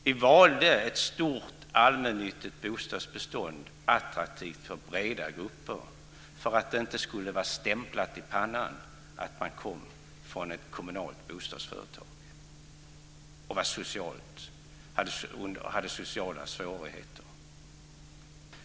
Vi valde ett stort allmännyttigt bostadsbestånd som skulle vara attraktivt för breda grupper, för att man inte skulle få stämplat i pannan att man kom från ett kommunalt bostadsföretag och hade det svårt socialt.